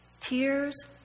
Tears